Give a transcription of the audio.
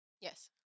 Yes